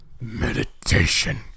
meditation